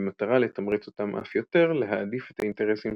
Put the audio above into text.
במטרה לתמרץ אותם אף יותר להעדיף את האינטרסים